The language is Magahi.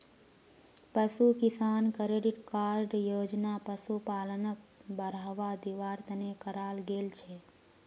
पशु किसान क्रेडिट कार्ड योजना पशुपालनक बढ़ावा दिवार तने कराल गेल छे